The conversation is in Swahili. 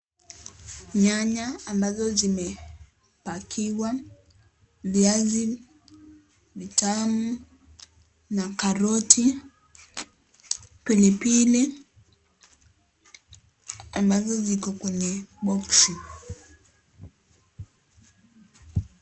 Nyanya ambazo zimepakiwa, viazi vitamu na karoti, pili pili ambazo ziko kwenye boksi.